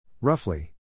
Roughly